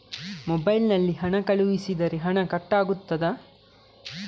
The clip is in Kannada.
ಮೊಬೈಲ್ ನಲ್ಲಿ ಹಣ ಕಳುಹಿಸಿದರೆ ಹಣ ಕಟ್ ಆಗುತ್ತದಾ?